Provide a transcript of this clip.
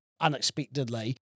unexpectedly